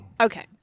okay